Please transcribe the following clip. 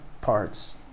parts